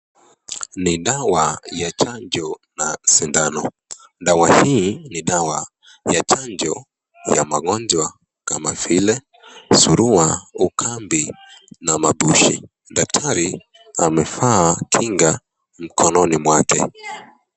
Ni dawa ya chanjo na sindano. Dawa hii ni dawa ya chanjo ya magonjwa kama vile surua, ukambi na mabushi. Daktari amefaa kinga mkononi mwake.